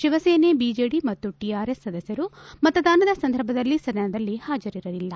Shiv Sena BJD ಮತ್ತು TRS ಸದಸ್ಟರು ಮತದಾನದ ಸಂದರ್ಭದಲ್ಲಿ ಸದನದಲ್ಲಿ ಹಾಜರಿರಲಿಲ್ಲ